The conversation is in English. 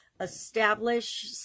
establish